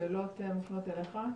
השאלות מופנות אליך.